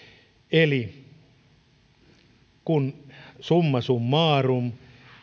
eli summa summarum